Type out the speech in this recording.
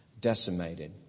decimated